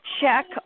check